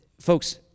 folks